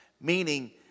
Meaning